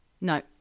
No